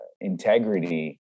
integrity